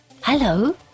hello